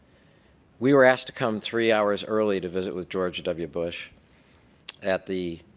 we are asked to come three hours early to visit with george w. bush at the